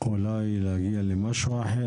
לוועדה להגיע אולי למשהו אחר.